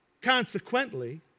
Consequently